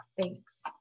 thanks